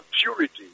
purity